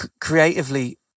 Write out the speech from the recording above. Creatively